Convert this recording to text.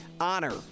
Honor